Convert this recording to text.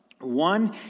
One